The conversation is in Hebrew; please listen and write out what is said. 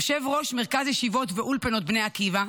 יושב-ראש מרכז ישיבות ואולפנות בני עקיבא,